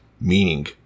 meaning